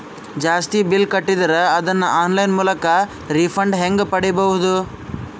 ಜಾಸ್ತಿ ಬಿಲ್ ಕಟ್ಟಿದರ ಅದನ್ನ ಆನ್ಲೈನ್ ಮೂಲಕ ರಿಫಂಡ ಹೆಂಗ್ ಪಡಿಬಹುದು?